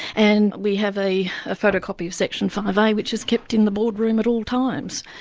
and we have a a photocopy of section five a which is kept in the boardroom at all times.